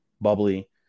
bubbly